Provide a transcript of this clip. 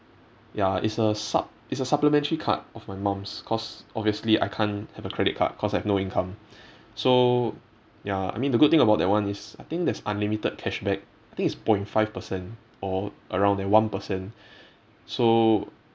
ya it's a sup~ it's a supplementary card of my mum's cause obviously I can't have a credit card cause I have no income so ya I mean the good thing about that one is I think there's unlimited cashback I think it's point five percent or around there one percent so